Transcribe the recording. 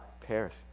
Paris